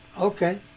Okay